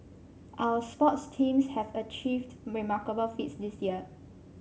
our sports teams have achieved remarkable feats this year